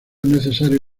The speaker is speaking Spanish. necesario